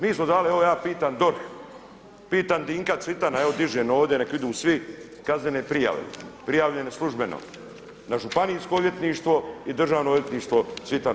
Mi smo dali, evo ja pitam DORH, pitam Dinka Cvitana, evo dižem ovdje nek vidu svi kaznene prijave prijavljene službeno na Županijsko odvjetništvo i Državno odvjetništvo Cvitanu.